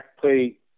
play